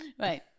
Right